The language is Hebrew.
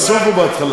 האם בסוף או בהתחלה?